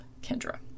Kendra